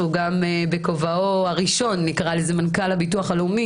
שבכובעו הראשון הוא מנכ"ל הביטוח הלאומי,